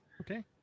Okay